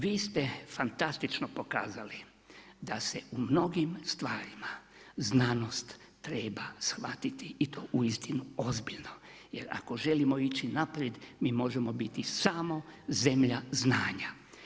Vi ste fantastično pokazali da se u mnogim stvarima znanost treba shvatiti i to uistinu ozbiljno jer ako želimo ići naprijed, mi možemo biti samo zemlja znanja.